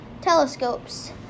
telescopes